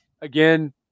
again